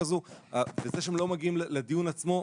כזאת וזה שהם לא מגיעים לדיון עצמו,